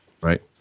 right